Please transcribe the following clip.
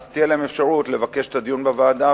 אז תהיה להם אפשרות לבקש את הדיון בוועדה,